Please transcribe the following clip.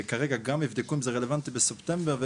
וכרגע גם יבדקו אם זה רלוונטי בספטמבר,